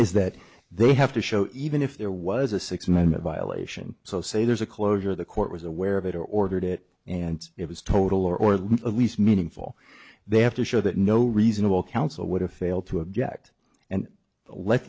is that they have to show even if there was a six minute violation so say there's a closure the court was aware of it or ordered it and it was total or at least meaningful they have to show that no reasonable counsel would have failed to object and let